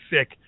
sick